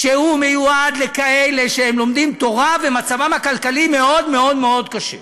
שמיועדת לכאלה שלומדים תורה ומצבם הכלכלי מאוד מאוד מאוד קשה,